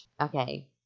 Okay